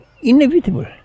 inevitable